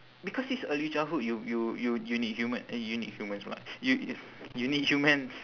because it's early childhood you you you you need huma~ eh you need humans pula y~ you need humans